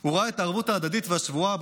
הוא ראה את הערבות ההדדית והשבועה שבה